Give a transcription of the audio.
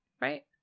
Right